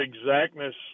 exactness